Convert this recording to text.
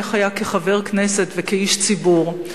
ואיך היה כחבר כנסת וכאיש ציבור,